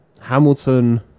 Hamilton